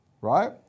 Right